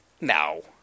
No